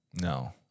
No